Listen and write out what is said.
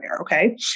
okay